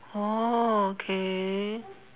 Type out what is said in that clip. orh okay